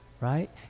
Right